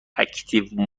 اکتیو